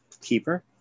Keeper